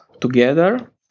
together